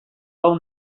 hau